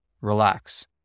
Relax